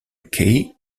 key